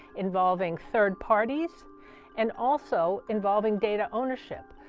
involving third parties and also involving data ownership.